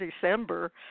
December